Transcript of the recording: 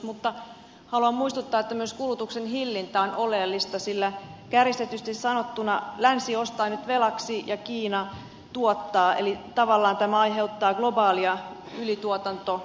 mutta haluan muistuttaa että myös kulutuksen hillintä on oleellista sillä kärjistetysti sanottuna länsi ostaa nyt velaksi ja kiina tuottaa eli tavallaan tämä aiheuttaa globaalia ylituotantolamaa